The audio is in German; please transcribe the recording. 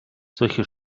solche